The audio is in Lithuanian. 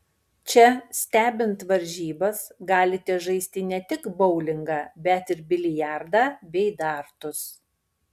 čia stebint varžybas galite žaisti ne tik boulingą bet ir biliardą bei dartus